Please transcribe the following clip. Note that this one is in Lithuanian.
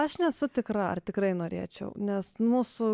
aš nesu tikra ar tikrai norėčiau nes mūsų